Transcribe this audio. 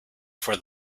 for